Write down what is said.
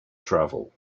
travel